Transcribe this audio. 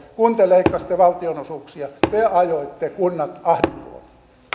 kun te leikkasitte valtionosuuksia te ajoitte kunnat ahdinkoon